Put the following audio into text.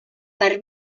per